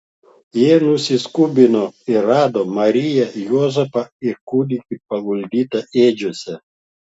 jie nusiskubino ir rado mariją juozapą ir kūdikį paguldytą ėdžiose